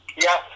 Yes